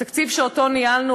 התקציב שאותו ניהלנו,